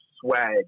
swag